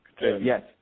Yes